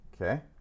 okay